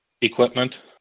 equipment